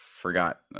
forgot